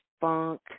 funk